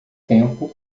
tempo